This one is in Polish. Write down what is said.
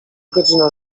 godzina